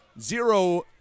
Zero